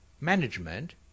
management